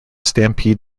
stampede